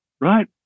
right